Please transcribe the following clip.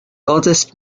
oldest